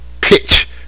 pitch